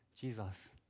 Jesus